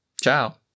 Ciao